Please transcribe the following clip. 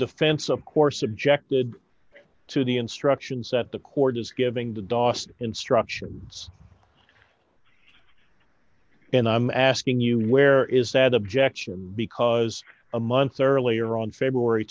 defense of course objected to the instructions that the court is giving to dos instructions and i'm asking you where is that objection because a month earlier on february